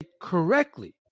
correctly